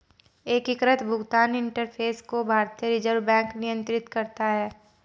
एकीकृत भुगतान इंटरफ़ेस को भारतीय रिजर्व बैंक नियंत्रित करता है